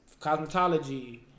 Cosmetology